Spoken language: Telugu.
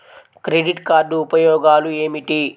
క్రెడిట్ కార్డ్ ఉపయోగాలు ఏమిటి?